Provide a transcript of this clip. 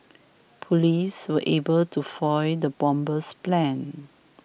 police were able to foil the bomber's plans